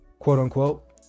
Quote-unquote